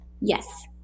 Yes